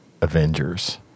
Avengers